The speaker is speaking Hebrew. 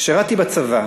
שירתי בצבא,